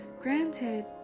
Granted